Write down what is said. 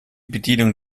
bedienung